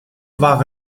war